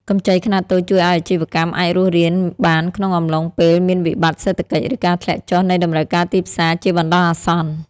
កម្ចីខ្នាតតូចជួយឱ្យអាជីវកម្មអាចរស់រានបានក្នុងអំឡុងពេលមានវិបត្តិសេដ្ឋកិច្ច ឬការធ្លាក់ចុះនៃតម្រូវការទីផ្សារជាបណ្ដោះអាសន្ន។